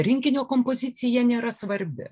rinkinio kompozicija nėra svarbi